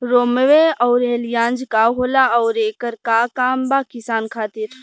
रोम्वे आउर एलियान्ज का होला आउरएकर का काम बा किसान खातिर?